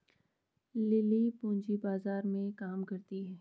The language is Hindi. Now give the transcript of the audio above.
लिली पूंजी बाजार में काम करती है